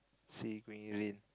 see going rain